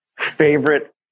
Favorite